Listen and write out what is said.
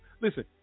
listen